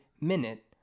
minute